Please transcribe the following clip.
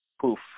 poof